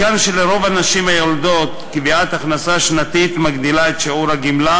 מכאן שלרוב הנשים היולדות קביעת הכנסה שנתית מגדילה את שיעור הגמלה,